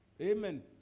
Amen